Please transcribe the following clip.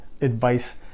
advice